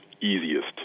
easiest